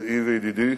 רעי וידידי,